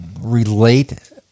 relate